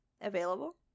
available